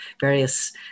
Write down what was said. various